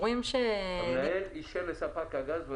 " המנהל אישר לספק הגז,